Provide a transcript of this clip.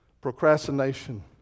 procrastination